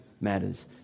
matters